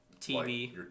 tv